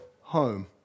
home